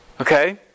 Okay